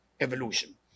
evolution